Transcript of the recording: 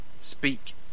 speak